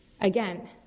again